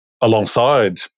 alongside